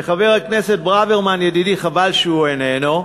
וחבר הכנסת ברוורמן ידידי, חבל שהוא איננו,